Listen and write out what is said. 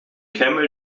camel